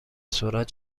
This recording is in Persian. سرعت